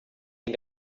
den